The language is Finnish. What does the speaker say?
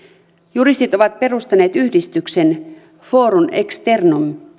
juristit ovat perustaneet yhdistyksen forum externum